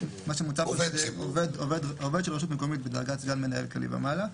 מה שמוצע פה זה עובד של רשות מקומית בדרגת סגן מנהל כללי ומעלה.